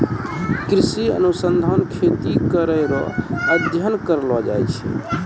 कृषि अनुसंधान खेती करै रो अध्ययन करलो जाय छै